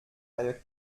eine